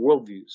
worldviews